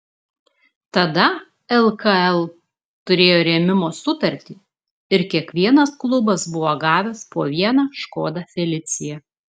tada lkl turėjo rėmimo sutartį ir kiekvienas klubas buvo gavęs po vieną škoda felicia